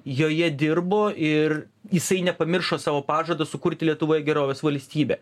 joje dirbo ir jisai nepamiršo savo pažado sukurti lietuvoje gerovės valstybę